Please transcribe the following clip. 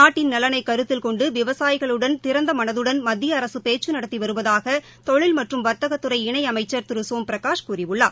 நாட்டின் நலனை கருத்தில் கொண்டு விவசாயகளுடன் திறந்த மனதுடன் மத்திய அரசு பேச்சு நடத்தி வருவதாக தொழில் மற்றும் வர்த்தகத்துறை இணை அமைச்சர் திரு சோம் பிரகாஷ் கூறியுள்ளார்